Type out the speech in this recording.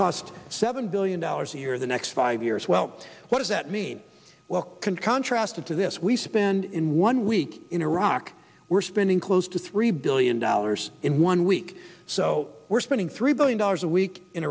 cost seven billion dollars a year the next five years well what does that mean well can contrast it to this we spend in one week in iraq we're spending close to three billion dollars in one week so we're spending three billion dollars a week in